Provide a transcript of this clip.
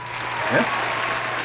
Yes